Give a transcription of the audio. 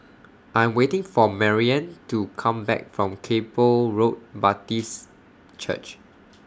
I'm waiting For Maryann to Come Back from Kay Poh Road Baptist Church